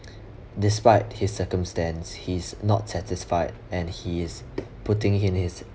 despite his circumstance he's not satisfied and he is putting in his